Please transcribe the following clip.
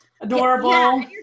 adorable